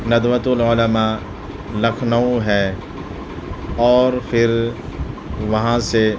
ندوۃ العلما لکھنؤ ہے اور پھر وہاں سے